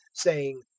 saying,